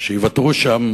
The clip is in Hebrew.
שייוותרו שם